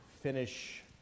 finish